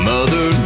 Mother